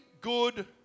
good